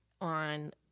on